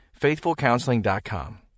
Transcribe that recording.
FaithfulCounseling.com